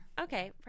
Okay